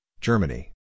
Germany